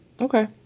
Okay